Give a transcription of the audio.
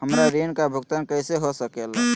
हमरा ऋण का भुगतान कैसे हो सके ला?